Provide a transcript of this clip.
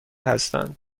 هستند